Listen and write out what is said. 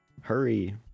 Hurry